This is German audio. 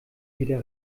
wieder